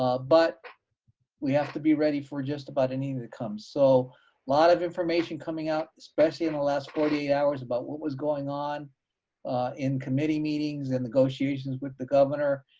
ah but we have to be ready for just about anything that comes. so lot of information coming out, especially in the last forty eight hours, about what was going on in committee meetings and negotiations with the governor.